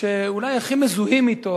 שאולי הכי מזוהים אתו,